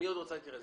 מי עוד רצה להתייחס?